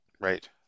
Right